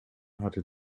hatte